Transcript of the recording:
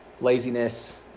laziness